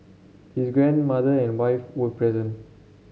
his grandmother and wife would present